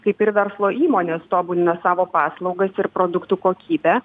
kaip ir verslo įmonės tobulina savo paslaugas ir produktų kokybę